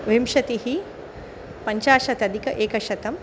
विंशतिः पञ्चाशदधिकेकशतम्